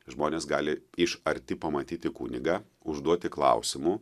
žmonės gali iš arti pamatyti kunigą užduoti klausimų